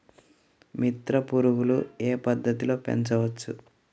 మిత్ర పురుగులు ఏ పద్దతిలో పెంచవచ్చు?